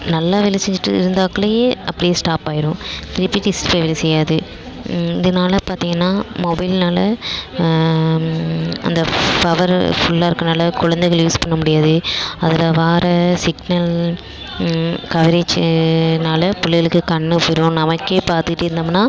நல்லா வேலை செஞ்சுட்டி இருந்த வாக்கிலே அப்படியே ஸ்டாப்பாகிரும் திரும்பி டிஸ்பிளே வேலை செய்யாது இதனால் பார்த்திங்கனா மொபைலினால அந்த பவரு ஃபுல்லாக இருக்கனால் குழந்தைகள் யூஸ் பண்ண முடியாது அதில் வர சிக்னல் கதிர்வீச்சு இதனால பிள்ளைகளுக்கு கண் போய்டும் நமக்கே பார்த்துட்டே இருந்தோமுன்னால்